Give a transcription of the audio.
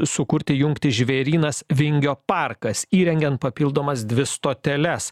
sukurti jungtį žvėrynas vingio parkas įrengiant papildomas dvi stoteles